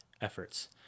efforts